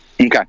Okay